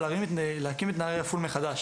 אבל אני מציע להקים את נערי רפול מחדש.